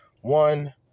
One